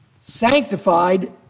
sanctified